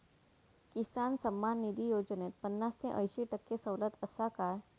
किसान सन्मान निधी योजनेत पन्नास ते अंयशी टक्के सवलत आसा काय?